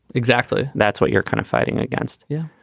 exactly. that's what you're kind of fighting against. yeah.